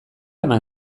eman